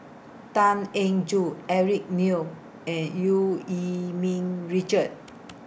Tan Eng Joo Eric Neo and EU Yee Ming Richard